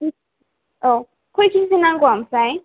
आह खइ केजि नांगौ आमफ्राय